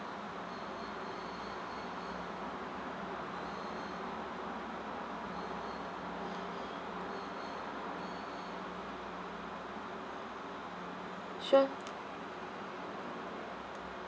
sure